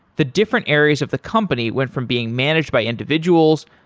the different areas of the company went from being managed by individuals,